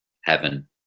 heaven